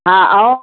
हा ऐं